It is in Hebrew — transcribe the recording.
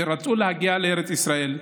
שרצו להגיע לארץ ישראל,